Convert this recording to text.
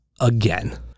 again